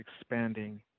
expanding